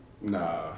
Nah